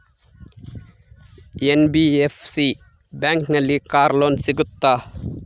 NBFC ಬ್ಯಾಂಕಿನಲ್ಲಿ car loan ಸಿಗುತ್ತಾ?